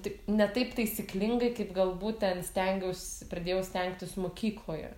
tik ne taip taisyklingai kaip galbūt ten stengiausi pradėjau stengtis mokykloje